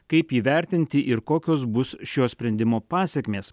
kaip įvertinti ir kokios bus šio sprendimo pasekmės